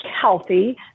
healthy